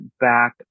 back